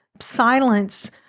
silence